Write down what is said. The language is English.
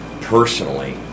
personally